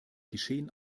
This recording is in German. geschehen